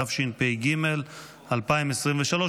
התשפ"ג 2023,